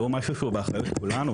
שהוא משהו שהוא באחריות כולנו.